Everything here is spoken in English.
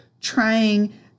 trying